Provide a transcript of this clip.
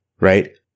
right